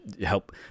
Help